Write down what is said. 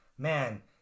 man